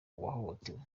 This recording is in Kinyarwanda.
uwahohotewe